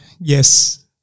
yes